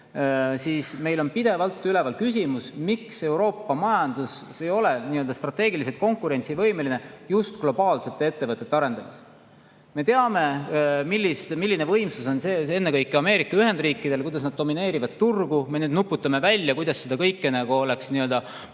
on meil pidevalt üleval küsimus, miks Euroopa majandus ei ole strateegiliselt konkurentsivõimeline just globaalsete ettevõtete arendamisel. Me teame, milline võimsus on ennekõike Ameerika Ühendriikidel, kuidas nad domineerivad turgu. Me nüüd nuputame välja, kuidas seda kõike oleks mõistlik